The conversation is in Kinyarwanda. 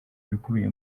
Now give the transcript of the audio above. ibikubiye